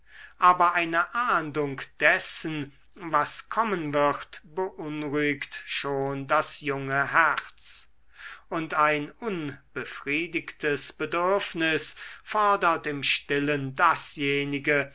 aber eine ahndung dessen was kommen wird beunruhigt schon das junge herz und ein unbefriedigtes bedürfnis fordert im stillen dasjenige